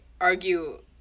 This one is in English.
argue